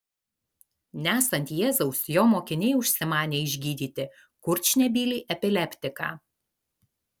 nesant jėzaus jo mokiniai užsimanė išgydyti kurčnebylį epileptiką